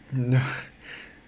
no